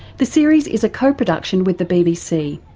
the series is a co-production with the bbc.